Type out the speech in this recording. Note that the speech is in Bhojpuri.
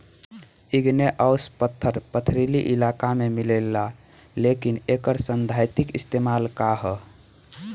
इग्नेऔस पत्थर पथरीली इलाका में मिलेला लेकिन एकर सैद्धांतिक इस्तेमाल का ह?